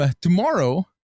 tomorrow